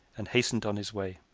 and hastened on his way.